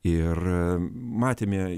ir matėme